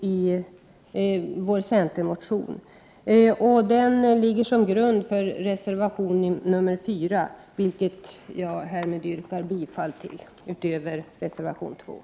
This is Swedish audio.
Denna centermotion ligger som grund för reservation nr 4, vilken jag — utöver reservation nr 2 — härmed yrkar bifall till.